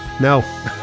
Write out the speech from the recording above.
no